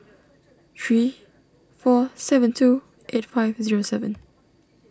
three four seven two eight five zero seven